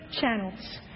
channels